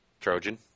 Trojan